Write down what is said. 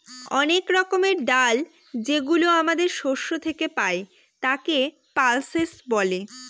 অনেক রকমের ডাল যেগুলো আমাদের শস্য থেকে পাই, তাকে পালসেস বলে